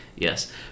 Yes